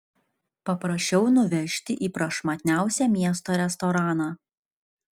paprašiau nuvežti į prašmatniausią miesto restoraną